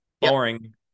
Boring